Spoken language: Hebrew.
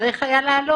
צריך היה לעלות.